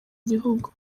gihugu